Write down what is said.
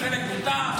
לחלק מותר?